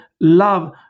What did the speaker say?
love